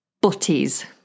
butties